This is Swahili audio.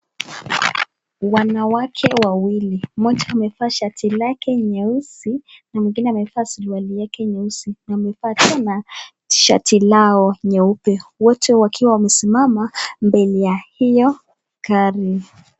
Wanawake wawili, mmoja amevaa shati lake nyeusi na mwingine amevaa suruali yake nyeusi na amevaa tena t-shirt lao nyeupe. Wote wakiwa wamesimama mbele ya hiyo gari.